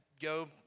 go